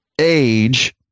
age